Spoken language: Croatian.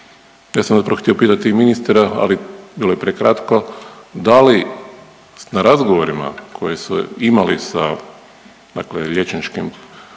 Ja sam ujutro htio pitati i ministra, ali bilo je prekratko da li na razgovorima koje su imali sa dakle liječničkim